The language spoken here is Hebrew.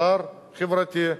שר חברתי.